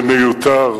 זה מיותר.